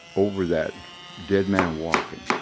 over that dead man walking,